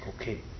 okay